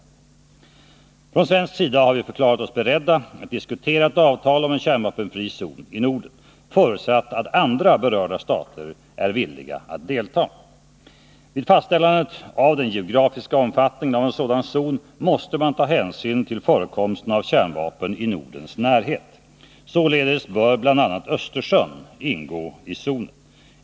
57 Från svensk sida har vi förklarat oss beredda att diskutera ett avtal om en kärnvapenfri zon i Norden, förutsatt att andra berörda stater är villiga att delta. Vid fastställandet av den geografiska omfattningen av en sådan zon måste man ta hänsyn till förekomsten av kärnvapen i Nordens närhet. Således bör bl.a. Östersjön ingå i zonen.